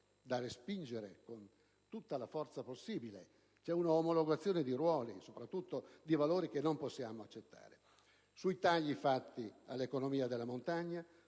da respingere con tutta la forza possibile. C'è un'omologazione di ruoli, soprattutto di valori, che non possiamo accettare. Sui tagli fatti all'economia della montagna,